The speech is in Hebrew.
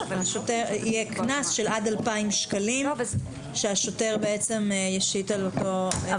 יהיה קנס של עד 2,000 שקלים שהשוטר ישית על אותו אדם.